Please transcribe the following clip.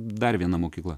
dar viena mokykla